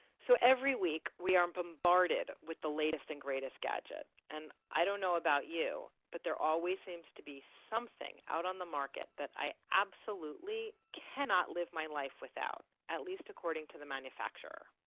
so every week, we are bombarded with the latest and greatest gadget. and i do not know about you, but there always seems to be something out on the market that i absolutely cannot live my life without. at least according to the manufacturer.